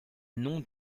nom